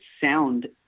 sound